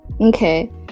Okay